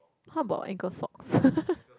how about ankle socks